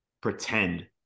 pretend